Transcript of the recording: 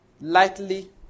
lightly